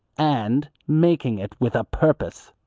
and making it with a purpose.